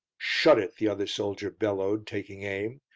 shut it! the other soldier bellowed, taking aim,